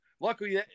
luckily